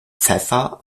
pfeffer